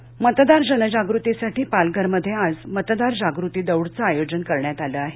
पालघर मतदार जनजागृतीसाठी पालघरमध्ये आज मतदार जागृती दौडचं आयोजन करण्यात आलं आहे